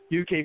UK